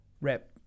rep